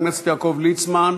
חבר הכנסת יעקב ליצמן,